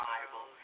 Bible